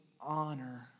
honor